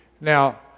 Now